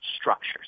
structures